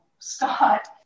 Scott